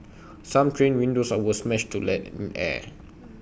some train windows was smashed to let in air